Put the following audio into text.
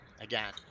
again